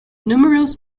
numerous